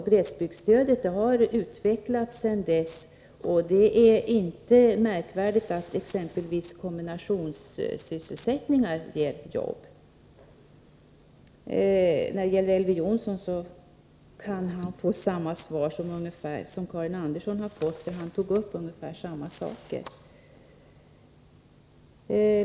Glesbygdsstödet har också utvecklats sedan dess, och det är inte egendomligt att exempelvis kombinationssysselsättningar har gett jobb, Elver Jonsson kan få samma svar som Karin Andersson, eftersom han tog upp ungefär samma frågor som hon.